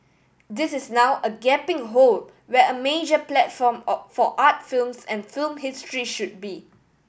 this is now a gaping hole where a major platform or for art films and film history should be